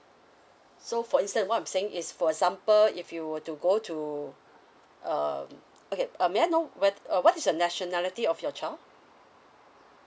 so for instance on what I'm saying is for example if you want to go to um okay uh may I know wh~ what is your nationality of your child